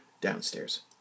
Downstairs